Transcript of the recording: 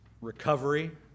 recovery